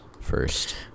first